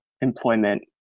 employment